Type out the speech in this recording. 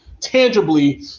tangibly